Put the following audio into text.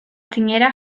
txinera